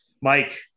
Mike